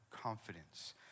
confidence